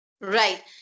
right